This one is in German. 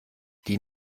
die